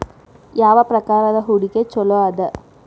ಯಾವ ಪ್ರಕಾರದ ಹೂಡಿಕೆ ಚೊಲೋ ಅದ